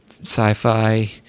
sci-fi